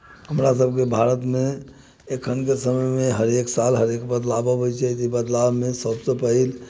हमरासभके भारतमे एखनके समयमे हरेक साल हरेक बदलाव अबैत छै जे बदलावमे सभसँ पहिल